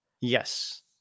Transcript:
Yes